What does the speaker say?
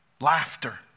laughter